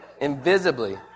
invisibly